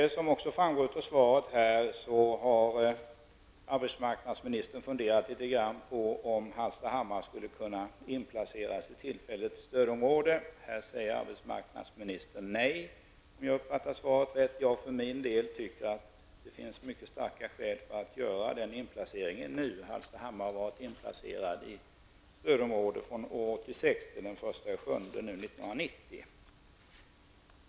Som framgår också av svaret har arbetsmarknadsministern funderat litet grand på om Hallstahammar skulle kunna inplaceras i tillfälligt stödområde. Här säger arbetsmarknadsministern nu nej, om jag har uppfattat svaret rätt. Jag för min del tycker att det finns mycket starka skäl till att göra denna inplacering nu. Hallstahammar har varit inplacerad i stödområdet från 1968 till den 1 juli 1990.